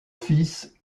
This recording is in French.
fils